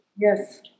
Yes